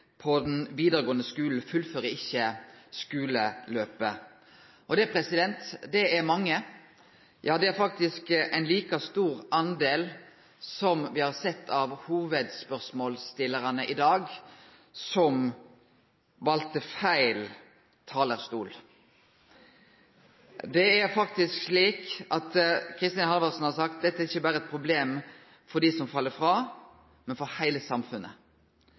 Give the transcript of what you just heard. på den vidaregåande skulen fullfører ikkje skuleløpet. Det er mange. Ja, det er faktisk ein like stor del som dei hovudsspørsmålsstillarane som i dag valde feil talarstol! Kristin Halvorsen har sagt at dette ikkje berre er eit problem for dei som fell frå, men for heile samfunnet.